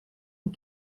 und